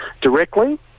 directly